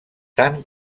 tant